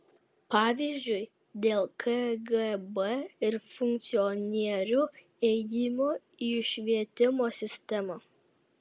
pavyzdžiui dėl kgb ir funkcionierių ėjimo į švietimo sistemą